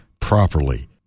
properly